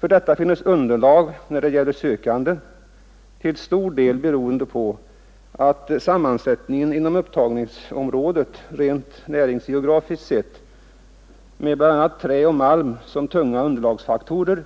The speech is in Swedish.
För detta finnes underlag när det gäller sökande, till stor del beroende på att sammansättningen inom upptagningsområdet rent näringsgeografiskt sett, med bl.a. trä och malm som ”tunga underlagsfaktorer”,